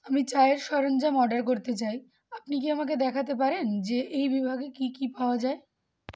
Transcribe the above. আমি চায়ের সরঞ্জাম অর্ডার করতে চাই আপনি কি আমাকে দেখাতে পারেন যে এই বিভাগে কী কি পাওয়া যায়